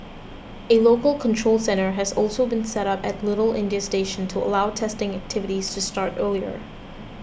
a local control centre has also been set up at Little India station to allow testing activities to start earlier